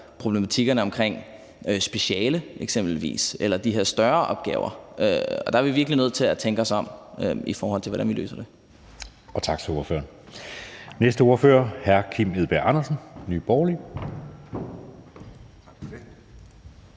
problematikkerne omkring specialer eksempelvis eller de her større opgaver, og der er vi virkelig nødt til at tænke os om, i forhold til hvordan vi løser det. Kl. 15:01 Anden næstformand (Jeppe Søe): Tak til ordføreren. Næste ordfører er hr. Kim Edberg Andersen, Nye Borgerlige.